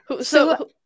So-